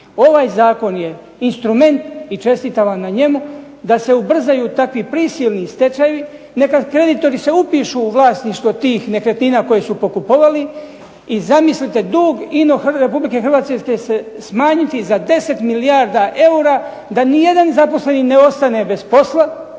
Ovaj zakon je instrument i čestitam vam na njemu da se ubrzaju takvi prisilni stečajevi. Neka se kreditori upišu u vlasništvo tih nekretnina koje su pokupovali i zamislite ino dug Republike Hrvatske će se smanjiti za 10 milijardi eura da nijedan ne zaposlen ne ostane bez posla,